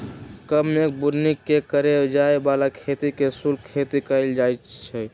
कम मेघ बुन्नी के करे जाय बला खेती के शुष्क खेती कहइ छइ